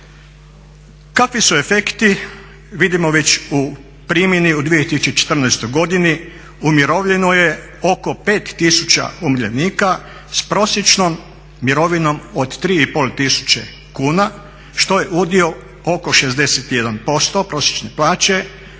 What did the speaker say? Kakvi su efekti, vidimo već u primjeni u 2014. godini. Umirovljeno je oko 5000 umirovljenika s prosječnom mirovinom od 3500 kuna što je udio oko 61% prosječne plaće